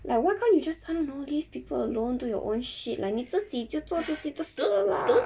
like why can't you just I don't like leave people alone do your own shit like 你自己就做自己的事啦